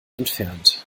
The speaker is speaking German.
entfernt